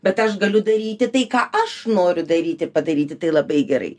bet aš galiu daryti tai ką aš noriu daryti padaryti tai labai gerai